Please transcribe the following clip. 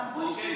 אוקיי?